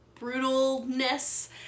brutalness